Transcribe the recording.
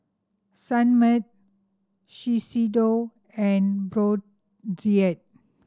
Sunmaid Shiseido and Brotzeit